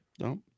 no